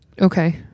Okay